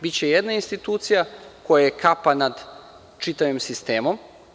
Biće jedna institucija koja je kapa nad čitavim sistemom.